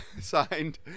Signed